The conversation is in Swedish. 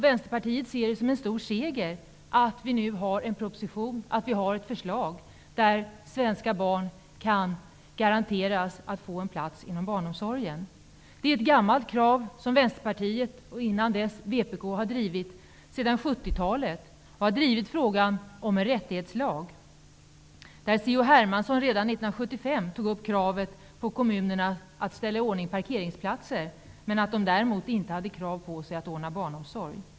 Vänsterpartiet ser det som en stor seger att det nu finns en proposition med ett förslag där svenska barn garanteras en plats inom barnomsorgen. Det är ett gammalt krav som Vänsterpartiet och innan dess vpk har drivit sedan 70-talet. Vi har drivit frågan om en rättighetslag. C-H Hermansson tog redan 1975 upp det faktum att det krävdes av kommunerna att de skulle ställa i ordning parkeringsplatser men att de däremot inte hade krav på sig att ordna barnomsorg.